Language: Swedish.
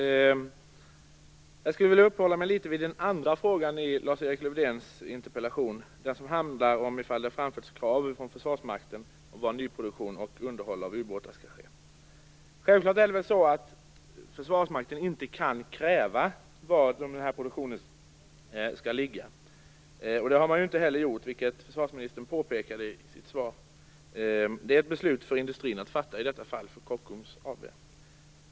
Fru talman! Jag skulle vilja uppehålla mig litet vid den andra frågan i Lars-Eriks Lövdéns interpellation. Den berör frågan om det från Försvarsmakten framförts krav på var nyproduktion och underhåll av ubåtar skall ske. Självfallet kan inte Försvarsmakten kräva att få bestämma var den här produktionen skall ligga. Det har man inte heller gjort, vilket försvarsministern påpekade i sitt svar. Det är ett beslut för industrin att fatta, i detta fall för Kockums AB.